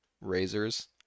razors